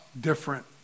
different